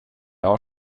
har